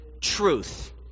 truth